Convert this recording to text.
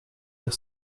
dire